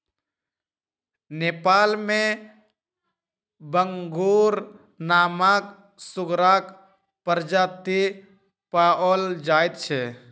नेपाल मे बांगुर नामक सुगरक प्रजाति पाओल जाइत छै